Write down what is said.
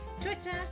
Twitter